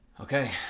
okay